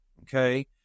Okay